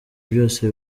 byose